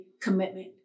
commitment